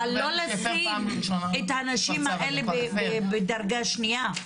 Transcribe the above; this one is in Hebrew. אבל לא לשים את הנשים האלה בדרגה שנייה,